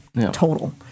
total